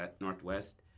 Northwest